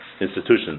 institutions